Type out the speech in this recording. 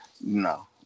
No